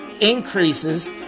increases